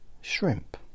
Shrimp